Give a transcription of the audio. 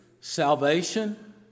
salvation